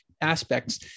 aspects